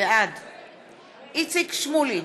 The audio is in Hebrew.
בעד איציק שמולי,